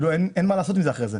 אין מה לעשות עם זה אחרי זה.